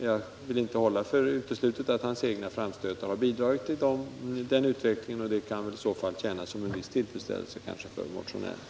Jag vill inte hålla för uteslutet att hans egna framstötar har bidragit till den utvecklingen, och det kan väl i så fall innebära en viss tillfredsställelse för motionärerna.